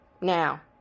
Now